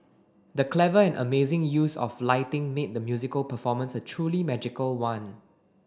the clever and amazing use of lighting made the musical performance a truly magical one